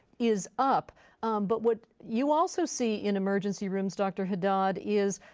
is up but what you also see in emergency rooms dr. haddad is